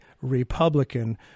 Republican